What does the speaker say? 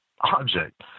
object